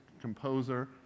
composer